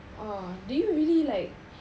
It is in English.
oh do you really like